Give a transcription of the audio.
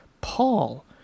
Paul